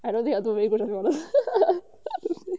I don't think I do very good to be honest